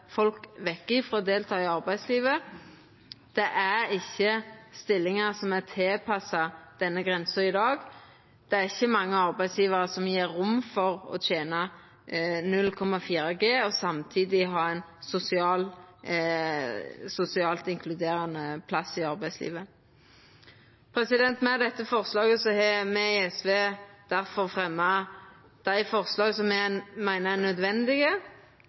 stillingar som er tilpassa denne grensa i dag. Det er ikkje mange arbeidsgjevarar som gjev rom for å tena 0,4G, og samtidig ha ein sosialt inkluderande plass i arbeidslivet. Med dette representantforslaget har me i SV difor fremja dei forslaga som me meiner er nødvendige.